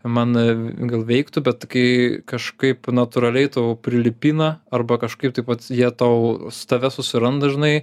man gal veiktų bet kai kažkaip natūraliai tau prilipina arba kažkaip tai vat jie tau tave susiranda žinai